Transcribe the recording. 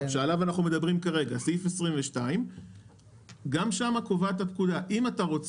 שעליו אנחנו מדברים כרגע - סעיף 22. גם שם קובעת הפקודה שאם אתה,